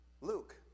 Luke